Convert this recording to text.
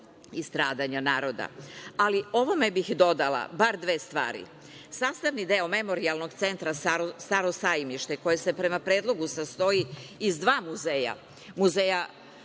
i stradanja naroda. Ali, ovome bih dodala bar dve stvari, sastavni deo memorijalnog centra Staro Sajmište, koje se prema predlogu sastoji iz dva muzeja,